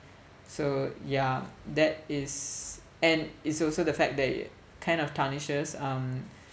so ya that is and it's also the fact that it kind of tarnishes um